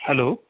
hello